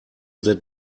that